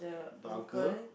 the uncle